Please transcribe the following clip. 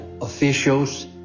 officials